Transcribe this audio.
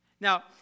Now